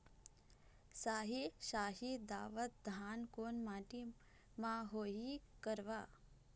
साही शाही दावत धान कोन माटी म होही गरवा?